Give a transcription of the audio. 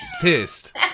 pissed